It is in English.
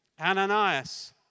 Ananias